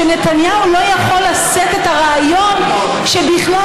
שנתניהו לא יכול לשאת את הרעיון שבכלל